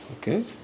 Okay